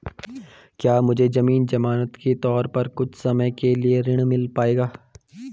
क्या मुझे ज़मीन ज़मानत के तौर पर कुछ समय के लिए ऋण मिल पाएगा?